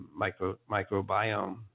Microbiome